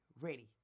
ready